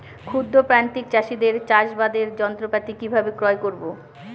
ক্ষুদ্র প্রান্তিক চাষীদের চাষাবাদের যন্ত্রপাতি কিভাবে ক্রয় করব?